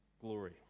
glory